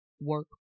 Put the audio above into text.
work